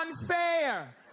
unfair